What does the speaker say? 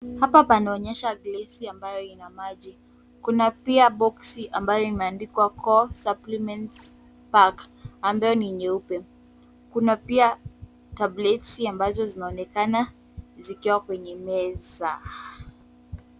Hapa panaonyesha glesi ambayo ina maji, kuna pia boksi ambayo imeandikwa core supplements pack ambayo ni nyeupe. Kuna pia tableti ambazo zinaonekana zikiwa kwenye meza.